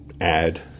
add